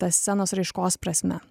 ta scenos raiškos prasme